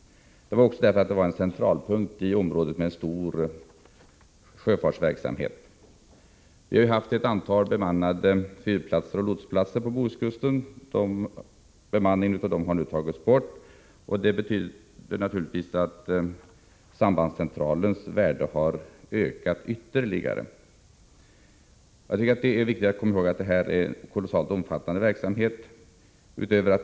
Kungshamn valdes därför att det var en centralpunkt i ett område med stor sjöfartsverksamhet. Vi har ju haft ett antal bemannade fyrplatser och lotsplatser på Bohuskusten. Bemanningen av dem har nu tagits — Nr 35 bort, och det betyder naturligtvis att sambandscentralens värde har ökat 5 Fredagen den ytterligare. 23 november 1984 Det är viktigt att komma ihåg att detta är en kolossalt omfattande verksamhet.